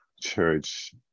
church